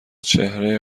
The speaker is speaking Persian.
چهره